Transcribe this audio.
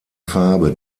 farbe